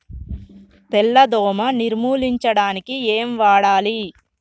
తెల్ల దోమ నిర్ములించడానికి ఏం వాడాలి?